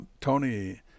Tony